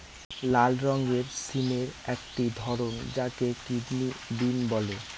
লাল রঙের সিমের একটি ধরন যাকে কিডনি বিন বলে